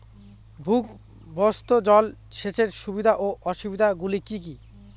ভূগর্ভস্থ জল সেচের সুবিধা ও অসুবিধা গুলি কি কি?